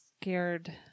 scared